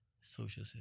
social